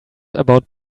about